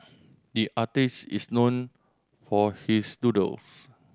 the artist is known for his doodles